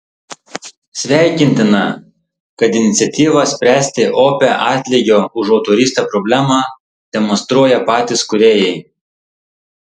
sveikintina kad iniciatyvą spręsti opią atlygio už autorystę problemą demonstruoja patys kūrėjai